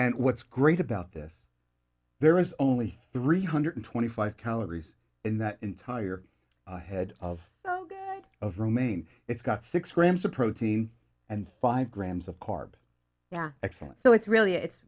and what's great about this there is only three hundred twenty five calories in that entire ahead of of romaine it's got six grams of protein and five grams of carb excellent so it's really it's